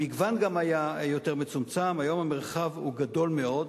גם המגוון היה יותר מצומצם, היום המרחב גדול מאוד.